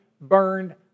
burned